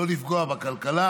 לא לפגוע בכלכלה,